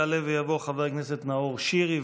יעלה ויבוא חבר הכנסת נאור שירי,